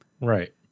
Right